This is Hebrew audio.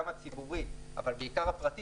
גם הציבורי אבל בעיקר הפרטי,